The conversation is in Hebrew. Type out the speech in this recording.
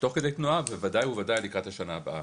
תוך כדי תנועה, וודאי לקראת השנה הבאה.